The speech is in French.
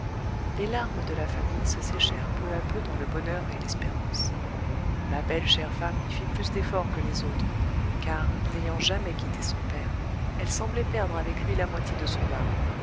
les larmes de la famille se séchèrent peu à peu dans le bonheur et l'espérance ma belle chère femme y fit plus d'effort que les autres car n'ayant jamais quitté son père elle semblait perdre avec lui la moitié de son âme